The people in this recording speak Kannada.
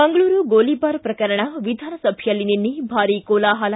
ಮಂಗಳೂರು ಗೋಲಿಬಾರ್ ಪ್ರಕರಣ ವಿಧಾನಸಭೆಯಲ್ಲಿ ನಿನ್ನೆ ಭಾರಿ ಕೋಲಾಹಲ